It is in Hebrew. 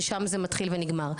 ששם זה מתחיל ונגמר.